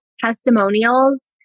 testimonials